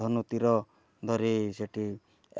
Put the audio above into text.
ଧନୁ ତୀର ଧରି ସେଠି